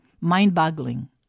mind-boggling